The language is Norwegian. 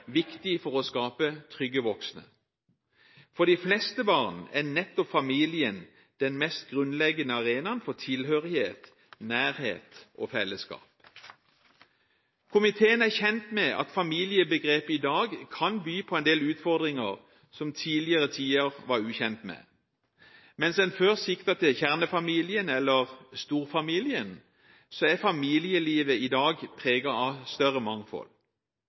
viktig for å skape trygge voksne. For de fleste barn er nettopp familien den mest grunnleggende arenaen for tilhørighet, nærhet og fellesskap. Komiteen er kjent med at familiebegrepet i dag kan by på en del utfordringer som tidligere tider var ukjent med. Mens en før siktet til kjernefamilien eller storfamilien, er familielivet i dag preget av et større mangfold.